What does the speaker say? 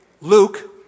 Luke